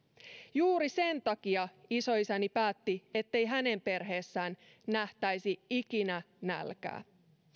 juuri sen takia isoisäni päätti ettei hänen perheessään nähtäisi ikinä nälkää